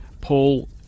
Paul